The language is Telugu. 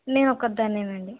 నే ఒక్కదాన్నే అండి